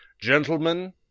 Gentlemen